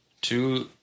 Two